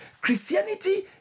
Christianity